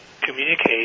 communicate